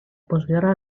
posguerra